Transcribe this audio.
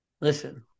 listen